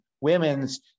women's